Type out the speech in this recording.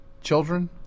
children